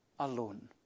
Alone